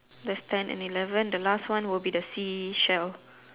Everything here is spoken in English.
that's ten and eleven the last one would be the seashell